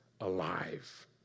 alive